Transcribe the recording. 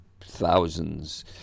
thousands